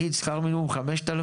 הרי שכר מינימום נניח 5,000,